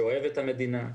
שאוהב את המדינה.